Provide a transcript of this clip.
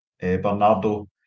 Bernardo